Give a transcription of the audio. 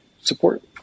support